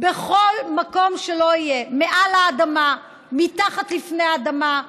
בכל מקום שלא יהיה, מעל האדמה, מתחת לפני האדמה.